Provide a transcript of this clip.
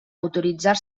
autoritzar